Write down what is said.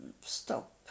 stop